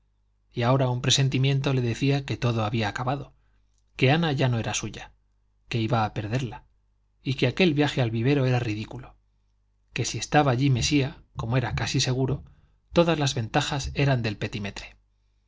y ahora un presentimiento le decía que todo había acabado que ana ya no era suya que iba a perderla y que aquel viaje al vivero era ridículo que si estaba allí mesía como era casi seguro todas las ventajas eran del petimetre